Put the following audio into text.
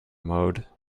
mode